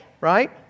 right